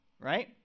right